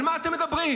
על מה אתם מדברים?